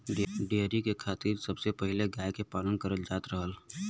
dairy के खातिर सबसे पहिले गाय के पालल जात रहल